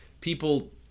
people